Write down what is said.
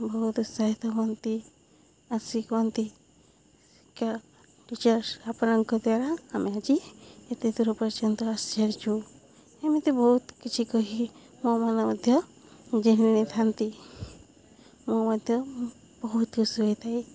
ବହୁତ ଉତ୍ସାହିତ ହୁଅନ୍ତି ଆସି କହନ୍ତି ଶିକ୍ଷା ଟିଚର୍ ଆପଣଙ୍କ ଦ୍ୱାରା ଆମେ ଆଜି ଏତେ ଦୂର ପର୍ଯ୍ୟନ୍ତ ଆସିସାରିଛୁ ଏମିତି ବହୁତ କିଛି କହି ମୋ ମନ ମଧ୍ୟ ଜିଣି ନେଇଥାନ୍ତି ମୁଁ ମଧ୍ୟ ବହୁତ ଖୁସି ହୋଇଥାଏ